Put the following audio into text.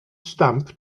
stamp